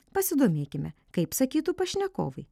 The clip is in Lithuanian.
pasidomėkime kaip sakytų pašnekovai